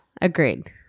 agreed